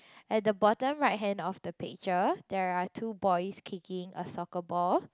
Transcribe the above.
at the bottom right hand of the picture there are two boys kicking a soccer ball